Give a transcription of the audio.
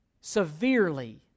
severely